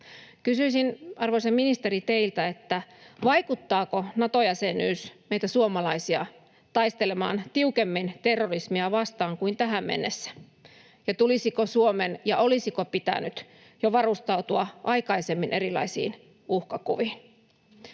Kysyisin, arvoisa ministeri, teiltä: vaikuttaako Nato-jäsenyys meitä suomalaisia taistelemaan tiukemmin terrorismia vastaan kuin tähän mennessä, ja tulisiko Suomen varustautua ja olisiko pitänyt varustautua jo aikaisemmin erilaisiin uhkakuviin?